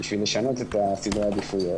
כדי לשנות את סדרי העדיפויות,